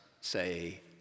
say